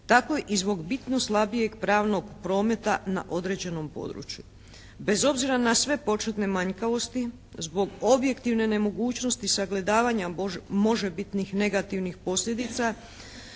tako i zbog bitno slabijeg pravnog prometa na određenom području. Bez obzira na sve početne manjkavosti zbog objektivne nemogućnosti sagledavanja možebitnih negativnih posljedica